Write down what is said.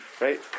right